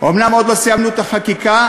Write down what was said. אומנם עוד לא סיימנו את החקיקה,